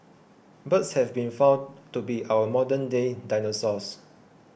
birds have been found to be our modern day dinosaurs